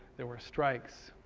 there were strikes.